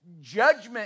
Judgment